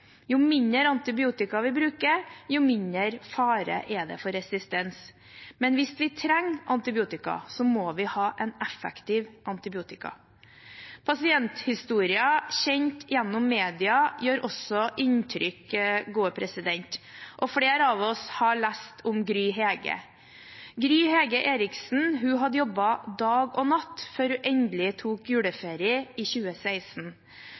Jo mindre antibiotika vi bruker, jo mindre fare er det for resistens. Men hvis vi trenger antibiotika, må vi ha en effektiv antibiotika. Pasienthistorier kjent gjennom media gjør også inntrykk, og flere av oss har lest om Gry Hege. Gry Hege Henriksen hadde jobbet dag og natt før hun endelig tok juleferie i 2016.